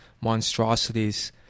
monstrosities